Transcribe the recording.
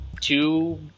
two